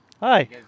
Hi